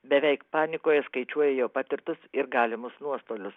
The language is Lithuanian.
beveik panikoje skaičiuoja jau patirtus ir galimus nuostolius